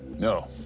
no.